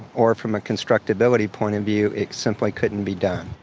or from a constructability point of view, it simply couldn't be done,